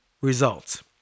results